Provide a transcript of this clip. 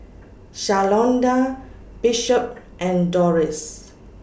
Shalonda Bishop and Dorris